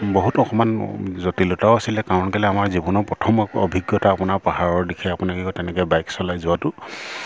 বহুত অকণমান জটিলতাও আছিলে কাৰণ কেলৈ আমাৰ জীৱনৰ প্ৰথম অভিজ্ঞতা আপোনাৰ পাহাৰৰ দিশে আপোনাৰ কি কয় তেনেকৈ বাইক চলাই যোৱাটো